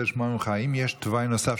אני רוצה לשמוע ממך: האם יש תוואי נוסף?